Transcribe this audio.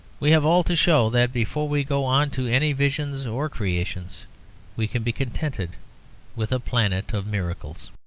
we have all to show that before we go on to any visions or creations we can be contented with a planet of miracles.